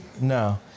No